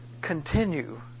continue